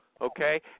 okay